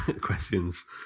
questions